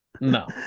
No